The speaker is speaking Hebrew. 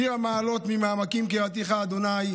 "שיר המעלות ממעמקים קראתיך ה',